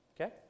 Okay